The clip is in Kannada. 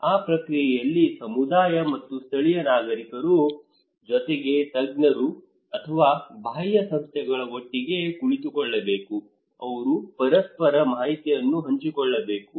ಆ ಪ್ರಕ್ರಿಯೆಯಲ್ಲಿ ಸಮುದಾಯ ಮತ್ತು ಸ್ಥಳೀಯ ನಾಯಕರು ಜೊತೆಗೆ ತಜ್ಞರು ಅಥವಾ ಬಾಹ್ಯ ಸಂಸ್ಥೆಗಳು ಒಟ್ಟಿಗೆ ಕುಳಿತುಕೊಳ್ಳಬೇಕು ಅವರು ಪರಸ್ಪರ ಮಾಹಿತಿಯನ್ನು ಹಂಚಿಕೊಳ್ಳಬೇಕು